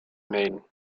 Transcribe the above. main